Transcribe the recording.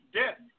death